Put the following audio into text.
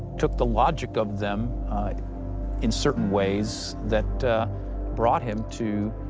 took the logic of them in certain ways that brought him to